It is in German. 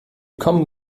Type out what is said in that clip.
kommen